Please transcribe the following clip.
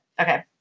Okay